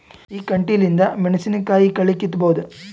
ಈ ಕಂಟಿಲಿಂದ ಮೆಣಸಿನಕಾಯಿ ಕಳಿ ಕಿತ್ತಬೋದ?